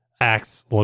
acts